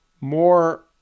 more